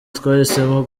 twahisemo